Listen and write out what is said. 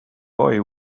boy